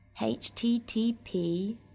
HTTP